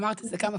אמרת את זה עידית.